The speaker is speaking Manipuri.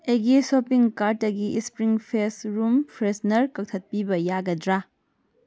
ꯑꯩꯒꯤ ꯁꯣꯄꯤꯡ ꯀꯥꯔ꯭ꯗꯇꯒꯤ ꯁ꯭ꯄ꯭ꯔꯤꯛ ꯐꯦꯁ ꯔꯨꯝ ꯐ꯭ꯔꯦꯁꯅꯔ ꯀꯛꯊꯠꯄꯤꯕ ꯌꯥꯒꯗ꯭ꯔꯥ